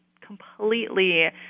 completely